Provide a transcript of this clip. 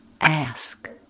Ask